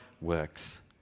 works